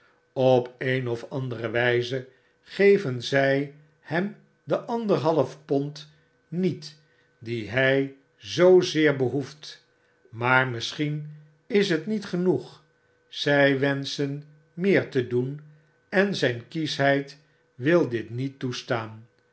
op een of andere wze geven zii hem de anderhalf pond niet die hj zoozeer behoeft maar misschien is het niet genoeg zy wenschen meer te doen en zijn kieschheid wil dit niet toestaan